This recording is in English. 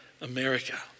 America